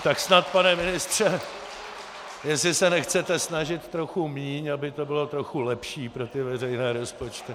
Tak snad, pane ministře, jestli se nechcete snažit trochu míň, aby to bylo trochu lepší pro ty veřejné rozpočty.